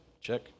check